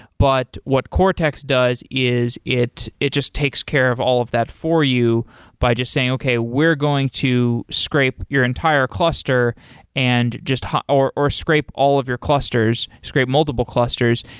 but what cortex does is it it just takes care of all of that for you by just saying, okay, we are going to scrape your entire cluster and or or scrape all of your clusters, scrape multiple clusters,